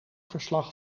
verslag